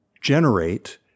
generate